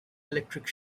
electric